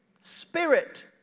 Spirit